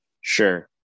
Sure